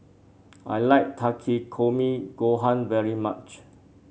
I like Takikomi Gohan very much